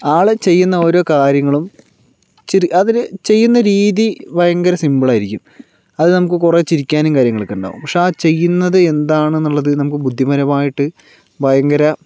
ആൾ ചെയ്യുന്ന ഓരോ കാര്യങ്ങളും ഇച്ചിരി അതിൽ ചെയ്യുന്ന രീതി ഭയങ്കര സിംപിളായിരിക്കും അത് നമുക്ക് കുറേ ചിരിക്കാനും കാര്യങ്ങളൊക്കെ ഉണ്ടാവും പക്ഷേ ആ ചെയ്യുന്നത് എന്താണെന്നു ഉള്ളത് നമുക്ക് ബുദ്ധിപരമായിട്ട് ഭയങ്കര